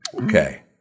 Okay